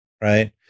Right